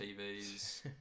TVs